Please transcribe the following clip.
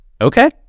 Okay